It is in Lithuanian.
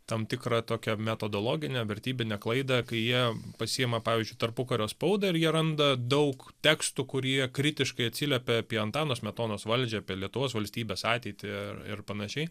tam tikrą tokią metodologinę vertybinę klaidą kai jie pasiėma pavyzdžiui tarpukario spaudą ir jie randa daug tekstų kurie kritiškai atsiliepia apie antano smetonos valdžią apie lietuvos valstybės ateitį ir ir panašiai